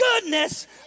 goodness